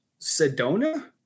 Sedona